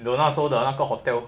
roanna 说的那个 hotel